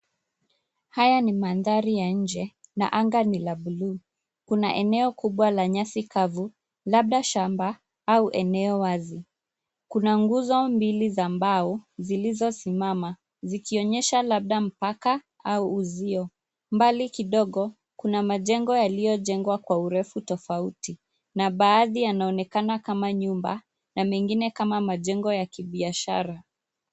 Haya ni mandhari ya nje, na anga ni la buluu. Kuna eneo kubwa la nyasi kavu, labda shamba au eneo wazi. Kuna nguzo mbili za mbao zilizosimama zikionyesha labda mpaka au uzio. Mbali kidogo kuna majengo tofauti, na baadhi yanaonekana kama nyumba na mengine kama majengo ya kibiashara.